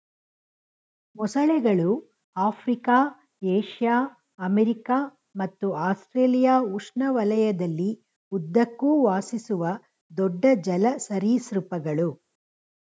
ಮೊಸಳೆಗಳು Africa Asia America ಮತ್ತು Australia ಉಷ್ಣವಲಯದಲ್ಲಿ ಉದ್ದಕ್ಕೂ ವಾಸಿಸುವ ದೊಡ್ಡ ಜಲ ಸರೀಸೃಪಗಳು